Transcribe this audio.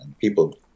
people